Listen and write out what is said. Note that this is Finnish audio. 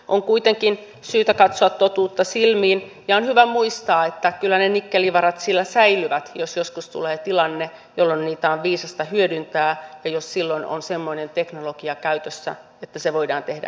on kuitenkin syytä katsoa totuutta silmiin ja on hyvä muistaa että kyllä ne nikkelivarat siellä säilyvät jos joskus tulee tilanne jolloin niitä on viisasta hyödyntää ja jos silloin on semmoinen teknologia käytössä että se voidaan tehdä ympäristöystävällisesti